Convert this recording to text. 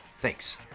Thanks